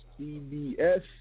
CBS